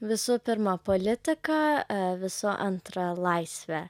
visų pirma politika e visų antra laisvė